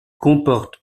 comporte